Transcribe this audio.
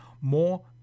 more